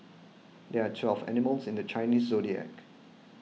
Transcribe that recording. there are twelve animals in the Chinese zodiac